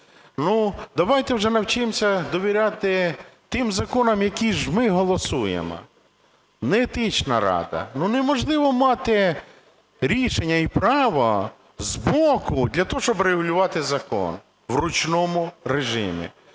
Ну, давайте вже навчимось довіряти тим законам, які ж ми голосуємо, не Етична рада. Ну, неможливо мати рішення і право збоку для того, щоб регулювати закон в ручному режимі.